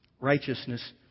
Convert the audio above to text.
Righteousness